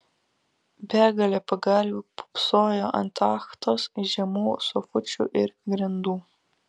begalė pagalvių pūpsojo ant tachtos žemų sofučių ir grindų